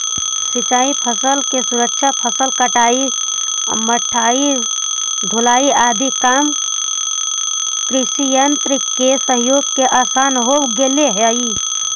सिंचाई फसल के सुरक्षा, फसल कटाई, मढ़ाई, ढुलाई आदि काम कृषियन्त्र के सहयोग से आसान हो गेले हई